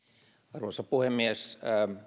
arvoisa puhemies